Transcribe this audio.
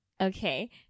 Okay